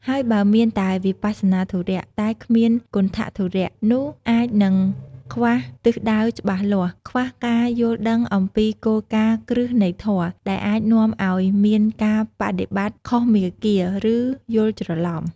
ហើយបើមានតែ វិបស្សនាធុរៈ តែគ្មាន គន្ថធុរៈ នោះអាចនឹងខ្វះទិសដៅច្បាស់លាស់ ខ្វះការយល់ដឹងអំពីគោលការណ៍គ្រឹះនៃធម៌ ដែលអាចនាំឱ្យមានការបដិបត្តិខុសមាគ៌ា ឬយល់ច្រឡំ។